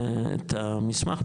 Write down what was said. את המסמך,